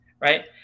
right